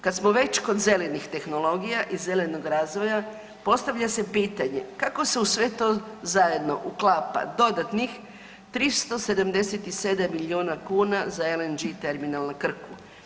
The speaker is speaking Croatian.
Kada smo već kod zelenih tehnologija i zelenog razvoja, postavlja se pitanje kako se u sve to zajedno uklapa dodatnih 377 milijuna kuna za LNG terminal na Krku?